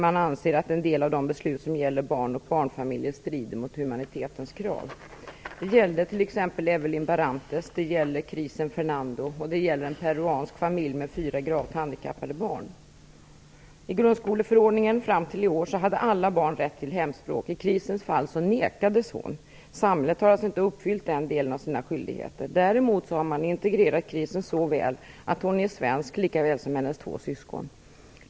Man anser att en del av de beslut som gäller barn och barnfamiljer strider mot humanitetens krav. Det gällde t.ex. Evelyn Barrantes, det gäller Chrisen Fernando och det gäller en peruansk familj med fyra gravt handikappade barn. I grundskoleförordningen hade fram till i år alla barn rätt till hemspråk. I Chrisens fall nekades hon undervisning. Samhället har inte uppfyllt den delen av sina skyldigheter. Däremot har man integrerat Chrisen så väl att hon är svensk likaväl som hennes två syskon.